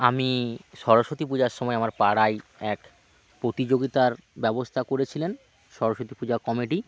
আমি সরস্বতী পূজার সময় আমার পাড়ায় এক প্রতিযোগিতার ব্যবস্থা করেছিলেন সরস্বতী পূজা কমিটি